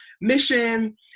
mission